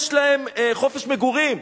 יש להם חופש מגורים.